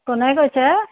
কোনে কৈছে